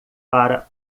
para